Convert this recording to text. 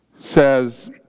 says